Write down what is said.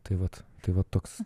tai vat tai va toks